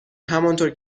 همانطور